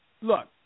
Look